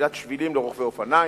סלילת שבילים לרוכבי אופניים,